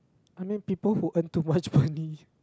I mean people who earn too much money